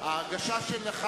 ההרגשה שלך